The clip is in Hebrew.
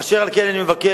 אשר על כן אני מבקש